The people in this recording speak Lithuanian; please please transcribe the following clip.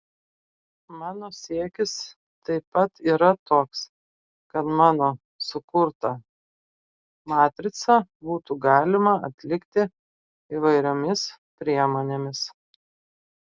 mano siekis taip pat yra toks kad mano sukurtą matricą būtų galima atlikti įvairiomis priemonėmis